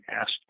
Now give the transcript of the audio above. asked